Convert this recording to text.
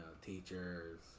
teachers